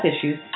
issues